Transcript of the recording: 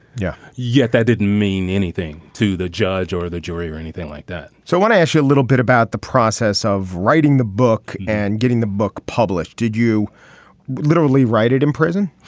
yeah. yet that didn't mean anything to the judge or the jury or anything like that so i want to ask you a little bit about the process of writing the book and getting the book published. did you literally write it in prison?